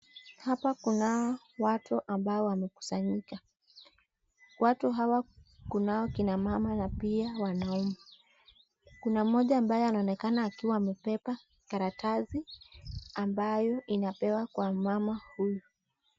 Hapa kunao watu ambao wamekusanyika. Watu hawa kunao kina mama na pia wanaume. Kuna moja ambaye anaonekana akiwa amebeba, karatasi ambayo inapewa kwa mama huyu.